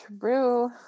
True